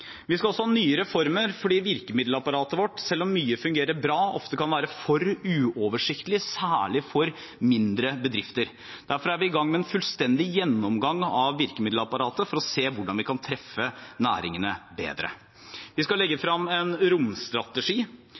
Vi skal også ha nye reformer fordi virkemiddelapparatet vårt, selv om mye fungerer bra, ofte kan være for uoversiktlig, særlig for mindre bedrifter. Derfor er vi i gang med en fullstendig gjennomgang av virkemiddelapparatet for å se hvordan vi kan treffe næringene bedre. Vi skal legge frem en romstrategi,